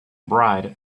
bride